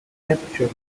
temperature